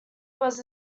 was